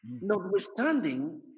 notwithstanding